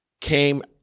came